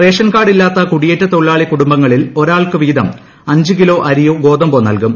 ration card ഇല്ലാത്ത കുടിയേറ്റ തൊഴിലാളി കുടുംബങ്ങളിൽ ഒരാൾക്ക് വീതം അഞ്ച് കിലോ അരിയോ ഗോതമ്പോ നൽകും